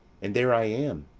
and there i am.